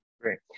Great